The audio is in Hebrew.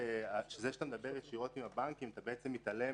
שאתה מדבר ישירות עם הבנקים, אתה מתעלם